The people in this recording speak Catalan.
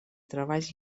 treballs